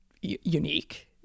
unique